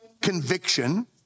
conviction